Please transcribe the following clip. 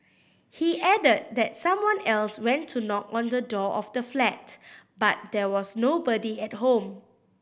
he added that someone else went to knock on the door of the flat but there was nobody at home